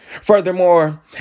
Furthermore